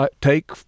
take